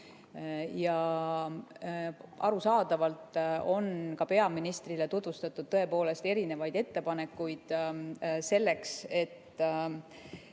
Arusaadavalt on ka peaministrile tutvustatud tõepoolest erinevaid ettepanekuid selleks, et